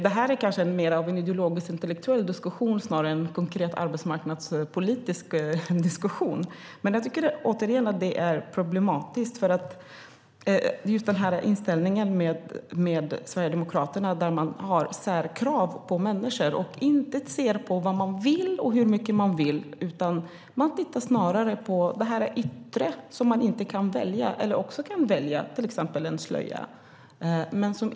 Det här är kanske mer en ideologisk intellektuell diskussion än en konkret arbetsmarknadspolitisk diskussion. Jag tycker att det är problematiskt med Sverigedemokraternas särkrav på människor. Ni ser inte till vad man vill och hur mycket man vill. Ni tittar snarare på det yttre som man inte kan välja, eller det som man kan välja, till exempel en slöja.